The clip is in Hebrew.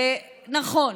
נכון,